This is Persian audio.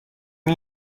این